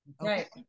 Right